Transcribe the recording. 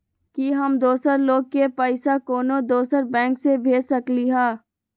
कि हम दोसर लोग के पइसा कोनो दोसर बैंक से भेज सकली ह?